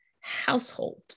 household